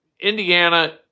Indiana